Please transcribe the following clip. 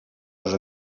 les